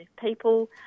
people